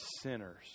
sinners